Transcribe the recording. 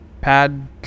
pad